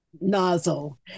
nozzle